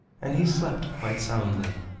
and he slept quite soundly.